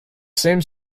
same